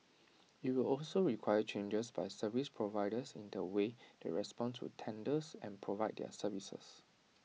IT will also require changes by service providers in the way they respond to tenders and provide their services